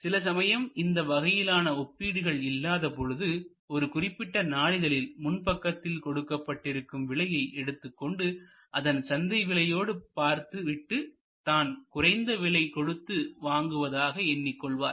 சில சமயம் இந்த வகையிலான ஒப்பீடுகள் இல்லாதபொழுது ஒரு குறிப்பிட்ட நாளிதழில் முன் பக்கத்தில் கொடுக்கப்பட்டிருக்கும் விலையை எடுத்துக்கொண்டு அதன் சந்தை விலையோடு பார்த்து விட்டு தான் குறைந்த விலை கொடுத்து வாங்குவதாக எண்ணிக் கொள்வார்